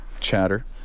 Chatter